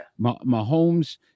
Mahomes